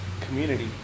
Community